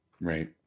Right